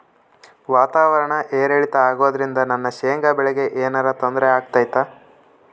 ವಾತಾವರಣ ಏರಿಳಿತ ಅಗೋದ್ರಿಂದ ನನ್ನ ಶೇಂಗಾ ಬೆಳೆಗೆ ಏನರ ತೊಂದ್ರೆ ಆಗ್ತೈತಾ?